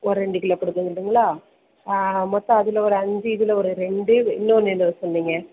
ஒரு ரெண்டு கிலோ கொடுக்க சொல்லட்டுங்களா மொத்தம் அதில் ஒரு அஞ்சு இதில் ஒரு ரெண்டு இன்னொன்று என்னவோ சொன்னிங்க